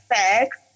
sex